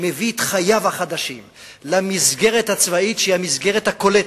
שמביא את חייו החדשים למסגרת הצבאית שהיא המסגרת הקולטת,